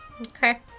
okay